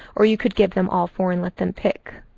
or you could give them all four and let them pick.